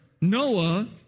Noah